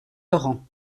laurent